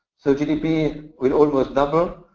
so gdp will almost double.